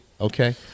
Okay